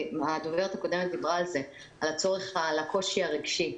הדוברת הקודמת דיברה על הקושי הרגשי,